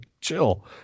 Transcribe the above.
chill